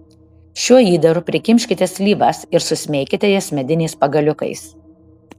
šiuo įdaru prikimškite slyvas ir susmeikite jas mediniais pagaliukais